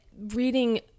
Reading